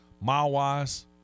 Mile-wise